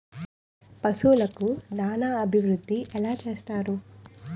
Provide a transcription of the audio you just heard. పశువులకు దాన అభివృద్ధి ఎలా చేస్తారు?